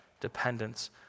dependence